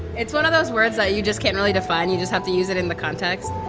it's one of those words that you just can't really define, you just have to use it in the context.